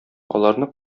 аларны